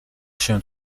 się